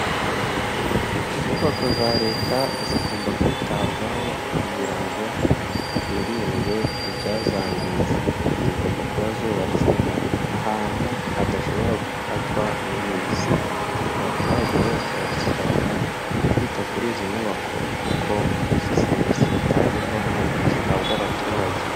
Inyubako za Leta zigomba kwitabwaho kugira ngo hirindwe ibyazangiza, zigomba kuba zubatse ahantu hadashobora gufatwa n'ibiza, abaturage bose basabwa kwita kuri izi nyubako kuko serivisi zitangirwamo zihabwa abaturage.